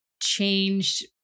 changed